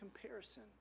comparison